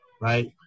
Right